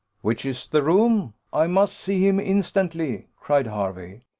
which is the room i must see him instantly cried hervey.